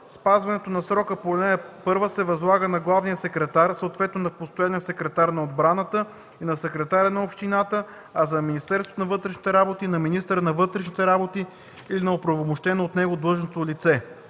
Спазването на срока по ал. 1 се възлага на главния секретар, съответно на постоянния секретар на отбраната и на секретаря на общината, а за Министерството на вътрешните работи – на министъра на вътрешните работи или на оправомощено от него длъжностно лице.”